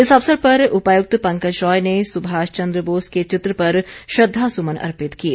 इस अवसर पर उपायुक्त पंकज रॉय ने सुभाष चंद्र बोस के चित्र पर श्रद्धासुमन अर्पित किए